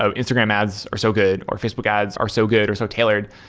ah instagram ads are so good, or facebook ads are so good or so tailored.